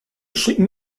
schicken